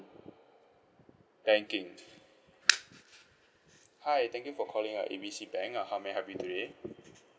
banking hi thank you for calling uh A B C bank uh how may I help you today